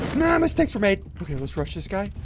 nah mistakes for mate. ok, let's rush this guy